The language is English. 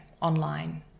online